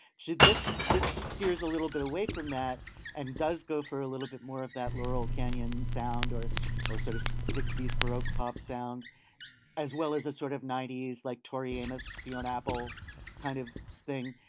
did this this scares a little bit away from that and does go for a little bit more of that laurel canyon sound or or sort of sixty s baroque pop sound as well as a sort of ninety s like tori amos beyond apple kind of thing.